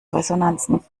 resonanzen